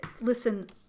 Listen